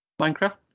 Minecraft